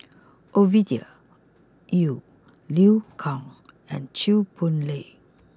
Ovidia Yu Liu Kang and Chew Boon Lay